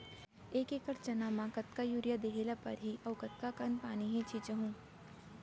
एक एकड़ चना म कतका यूरिया देहे ल परहि अऊ कतका कन पानी छींचहुं?